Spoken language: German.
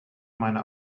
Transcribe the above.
meine